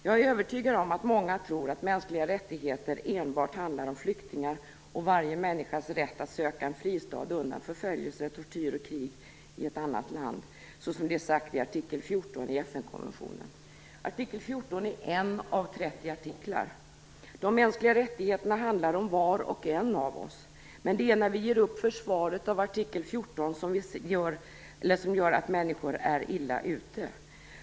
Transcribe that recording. Jag är övertygad om att många tror att mänskliga rättigheter enbart handlar om flyktingar och varje människas rätt att söka en fristad undan förföljelse, tortyr och krig i ett annat land, så som det är sagt i artikel 14 i FN konventionen. Artikel 14 är en av 30 artiklar. De mänskliga rättigheterna handlar om var och en av oss. Men det är när vi ger upp försvaret av artikel 14 som gör att människor är illa ute.